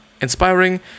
inspiring